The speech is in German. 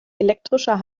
elektrischer